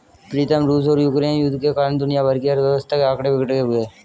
प्रीतम रूस और यूक्रेन युद्ध के कारण दुनिया भर की अर्थव्यवस्था के आंकड़े बिगड़े हुए